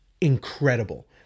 incredible